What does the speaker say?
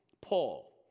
Paul